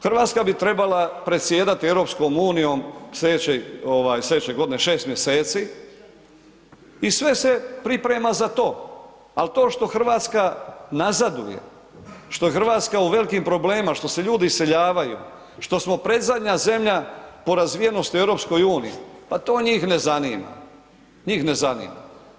Hrvatska bi trebala predsjedati EU slijedeće ovaj slijedeće godine 6 mjeseci i sve se priprema za to, al to što Hrvatska nazaduje, što je Hrvatska u velik problemima, što se ljudi iseljavaju, što smo predzadnja zemlja po razvijenosti u EU, pa to njih ne zanima, njih ne zanima.